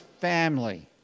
family